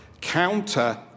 counter